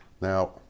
Now